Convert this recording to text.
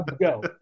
go